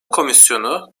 komisyonu